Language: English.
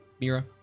Mira